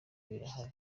birahari